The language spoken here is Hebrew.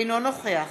אינו נוכח